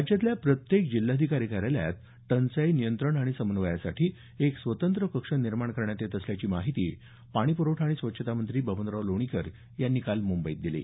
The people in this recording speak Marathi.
राज्यातल्या प्रत्येक जिल्हाधिकारी कार्यालयात टंचाई नियंत्रण आणि समन्वयासाठी एक स्वतंत्र कक्ष निर्माण करण्यात येत असल्याची माहिती पाणी पुरवठा आणि स्वच्छता मंत्री बबनराव लोणीकर यांनी काल मुंबईत दिली